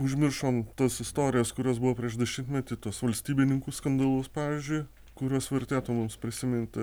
užmiršom tas istorijas kurios buvo prieš dešimtmetį tuos valstybininkų skandalus pavyzdžiui kuriuos vertėtų mums prisiminti